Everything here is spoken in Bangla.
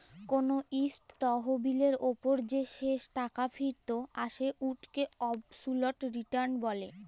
কল ইকট তহবিলের উপর যে শেষ টাকা ফিরত আসে উটকে অবসলুট রিটার্ল ব্যলে